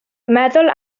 meddwl